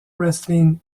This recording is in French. wrestling